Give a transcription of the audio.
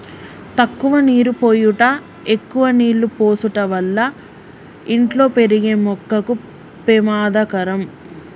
తక్కువ నీరు పోయుట ఎక్కువ నీళ్ళు పోసుట వల్ల ఇంట్లో పెరిగే మొక్కకు పెమాదకరం